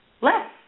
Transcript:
less